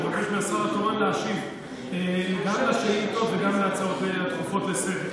לבקש מהשר התורן להשיב גם על השאילתות וגם על ההצעות הדחופות לסדר-היום.